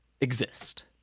exist